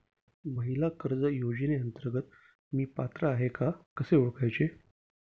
महिला कर्ज योजनेअंतर्गत मी पात्र आहे का कसे ओळखायचे?